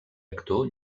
actor